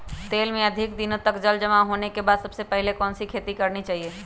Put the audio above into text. खेत में अधिक दिनों तक जल जमाओ होने के बाद सबसे पहली कौन सी खेती करनी चाहिए?